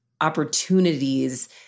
opportunities